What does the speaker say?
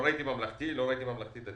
לא ראיתי בממלכתי, לא ראיתי ממלכתי דתי.